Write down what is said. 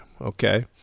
Okay